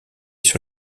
sur